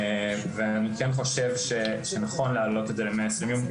ואני כן חושב שנכון להעלות את זה ל-120 יום.